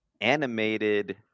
animated